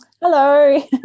Hello